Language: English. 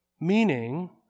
Meaning